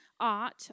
Art